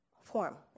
form